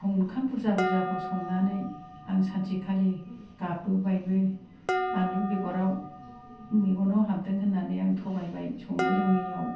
ओंखाम बुरजा बुरजाखौ संनानै आं सानसेखालि गाब्बोबायबो बानलु बेगराव मेगनाव हाबदों होननानै आं थगायबाय संनो रोङियाव